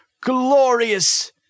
glorious